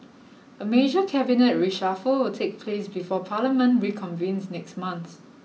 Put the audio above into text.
a major cabinet reshuffle take place before parliament reconvenes next month